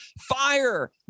Fire